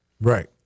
Right